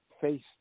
face